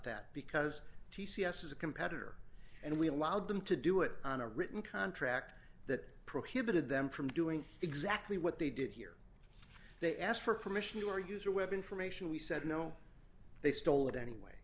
that because t c s is a competitor and we allowed them to do it on a written contract that prohibited them from doing exactly what they did here they asked for permission or user with information we said no they stole it anyway